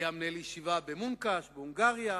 היה מנהל ישיבה במונקאטש בהונגריה.